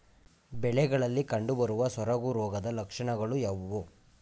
ಬೆಳೆಗಳಲ್ಲಿ ಕಂಡುಬರುವ ಸೊರಗು ರೋಗದ ಲಕ್ಷಣಗಳು ಯಾವುವು?